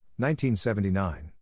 1979